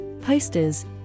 posters